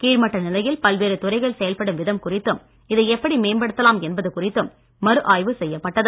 கீழ்மட்ட நிலையில் பல்வேறு துறைகள் செயல்படும் விதம் குறித்தும் இதை எப்படி மேம்படுத்தலாம் என்பது குறித்தும் மறு ஆய்வு செய்யப்பட்டது